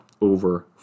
over